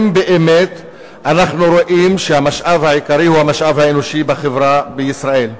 אם באמת אנחנו רואים שהמשאב העיקרי הוא המשאב האנושי בחברה בישראל.